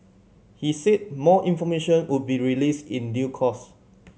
he said more information would be released in due course